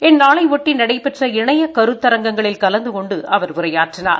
இந்நாளையொட்டி நடைபெற்ற இணைய கருத்தரங்களில் கலந்து கொண்டு அவர் உரையாற்றினார்